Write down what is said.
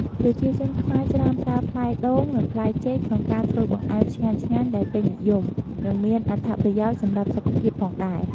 ប្រជាជនខ្មែរច្រើនប្រើផ្លែដូង និងផ្លែចេកក្នុងការធ្វើបង្អែមឆ្ងាញ់ៗ ដែលពេញនិយម និងមានអត្ថប្រយោជន៍សម្រាប់សុខភាពផងដែរ។